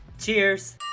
Cheers